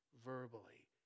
verbally